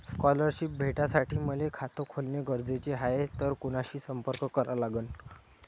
Scholarship भेटासाठी मले खात खोलने गरजेचे हाय तर कुणाशी संपर्क करा लागन?